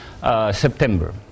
September